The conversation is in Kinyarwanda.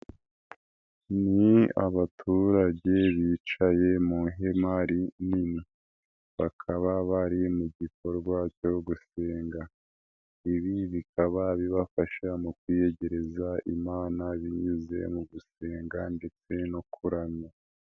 Ni abaturage bicaye mu ihema rinini. Bakaba bari mu gikorwa cyo gusenga. Ibi bikaba bibafasha mu kwiyegereza imana binyuze mu gusenga ndetse no kuramya.